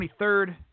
23rd